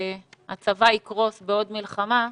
הצבא יקרוס בעוד מלחמה,